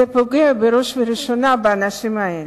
זה פוגע בראש ובראשונה באנשים האלה.